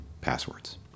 passwords